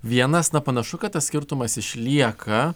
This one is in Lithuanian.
vienas na panašu kad tas skirtumas išlieka